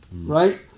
Right